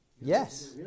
Yes